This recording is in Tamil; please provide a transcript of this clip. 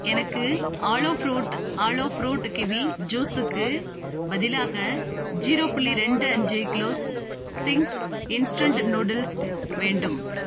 எனக்கு ஆலோ ஃப்ரூட் ஆலோ ஃப்ரூட் கிவி ஜூஸுக்கு பதிலாக ஜீரோ புள்ளி ரெண்டு அஞ்சு கிலோ சிங்க்ஸ் இன்ஸ்டன்ட் நூடுல்ஸ் வேண்டும்